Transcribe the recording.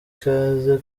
ikaze